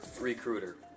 recruiter